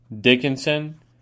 Dickinson